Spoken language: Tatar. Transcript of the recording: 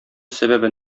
сәбәбе